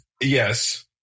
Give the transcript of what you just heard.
Yes